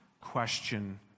question